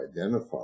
identify